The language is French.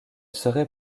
serait